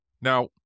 now